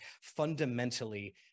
fundamentally